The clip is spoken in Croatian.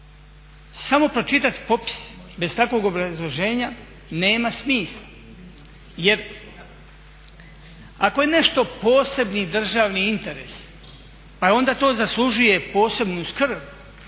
Samo pročitati popis bez takvog obrazloženja nema smisla jer ako je nešto posebni državni interes pa onda to zaslužuje posebnu skrb,